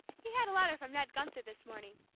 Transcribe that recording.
he had a letter from ned gunther this morning,